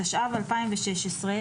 התשע"ו-2016,